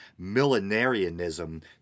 millenarianism